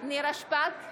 נירה שפק,